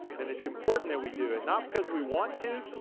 and it's important that we do it. not because we want to,